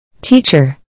Teacher